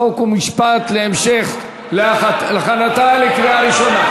חוק ומשפט להכנתה לקריאה ראשונה.